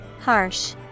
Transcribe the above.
Harsh